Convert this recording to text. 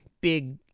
big